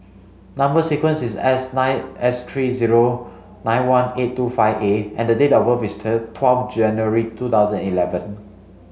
number sequence is S nine S three zero nine one eight two five A and the date of birth is twelve January two thousand eleven